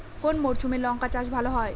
কোন মরশুমে লঙ্কা চাষ ভালো হয়?